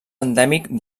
endèmic